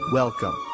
Welcome